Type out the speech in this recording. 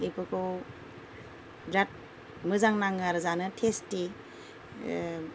बेफोरखौ बिरात मोजां नाङो आरो जानो टेस्टि